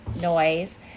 noise